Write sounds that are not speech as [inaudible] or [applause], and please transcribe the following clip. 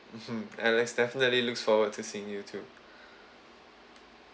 [laughs] alex definitely looks forward to seeing you two [breath]